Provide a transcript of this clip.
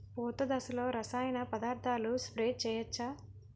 పూత దశలో రసాయన పదార్థాలు స్ప్రే చేయచ్చ?